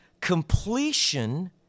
completion